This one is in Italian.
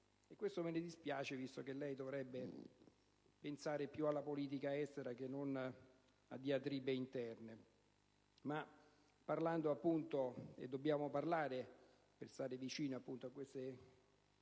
questo mi dispiace, visto che lei dovrebbe pensare più alla politica estera che non a diatribe interne.